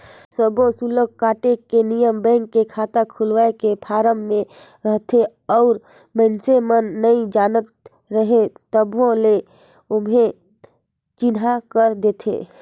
सब्बो सुल्क काटे के नियम बेंक के खाता खोलवाए के फारम मे रहथे और मइसने मन नइ जानत रहें तभो ले ओम्हे चिन्हा कर देथे